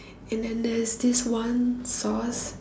and then there is this one sauce